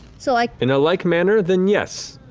so like in a like manner, then yes,